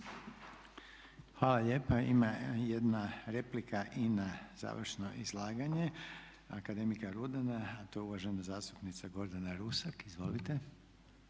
Hvala lijepa. Ima jedna replika i na završno izlaganje akademika Rudana a to je uvažena zastupnica Gordana Rusak. Izvolite.